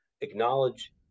acknowledge